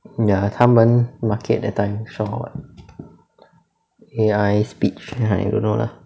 ya 他们 market that time 说好玩 eh I speech !aiya! don't know lah